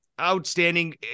Outstanding